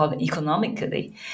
economically